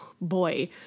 Boy